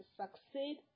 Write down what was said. succeed